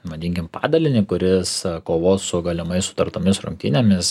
vadinkim padalinį kuris kovos su galimais sutartomis rungtynėmis